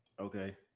Okay